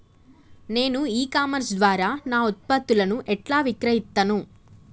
నేను e commerce ద్వారా నా ఉత్పత్తులను ఎట్లా విక్రయిత్తను?